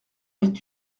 est